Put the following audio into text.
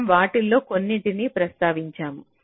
మనం వాటిలో కొన్నింటిని ప్రస్తావించాము